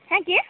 হ্যাঁ কে